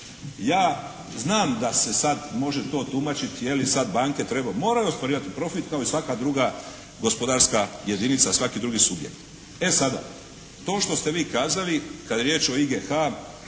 Ja znam da se sada može to tumačiti je li, sada banke treba, moraju ostvarivati profit kao i svaka druga gospodarska jedinica, svaki drugi subjekt. E sada, to što ste vi kazali, kada je riječ o IGH,